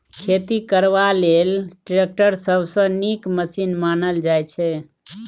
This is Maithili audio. खेती करबा लेल टैक्टर सबसँ नीक मशीन मानल जाइ छै